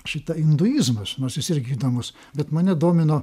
šitą induizmas nors jis irgi įdomus bet mane domino